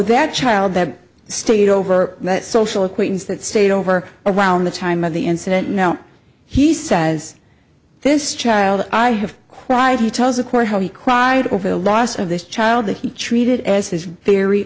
that child that stayed over that social acquaintance that stayed over around the time of the incident now he says this child i have cried he told the court how he cried over the loss of this child that he treated as his